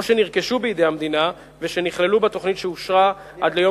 או שנרכשו בידי המדינה ונכללו בתוכנית שאושרה עד ליום